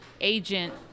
agent